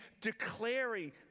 declaring